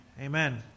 Amen